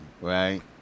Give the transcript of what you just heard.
Right